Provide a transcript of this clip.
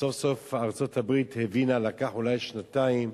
וסוף-סוף ארצות-הברית הבינה, לקח אולי שנתיים,